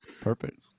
Perfect